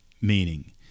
meaning